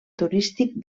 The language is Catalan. turístic